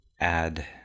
add